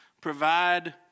provide